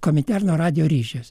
kominterno radijo ryšys